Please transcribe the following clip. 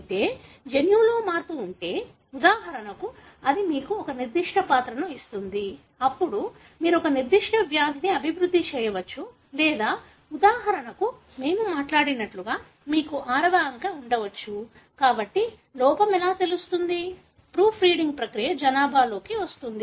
అయితే జన్యువులో మార్పు ఉంటే ఉదాహరణకు అది మీకు ఒక నిర్దిష్ట పాత్రను ఇస్తుంది అప్పుడు మీరు ఒక నిర్దిష్ట వ్యాధిని అభివృద్ధి చేయవచ్చు లేదా ఉదాహరణకు మేము మాట్లాడినట్లుగా మీకు ఆరవ అంకె ఉండవచ్చు కాబట్టి లోపం ఎలా తెలుస్తుంది ప్రూఫ్ రీడింగ్ ప్రక్రియ జనాభాలోకి వస్తుంది